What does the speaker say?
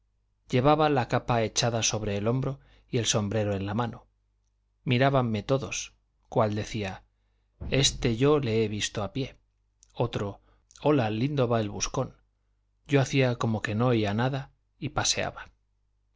llevaba la capa echada sobre el hombro y el sombrero en la mano mirábanme todos cuál decía este yo le he visto a pie otro hola lindo va el buscón yo hacía como que no oía nada y paseaba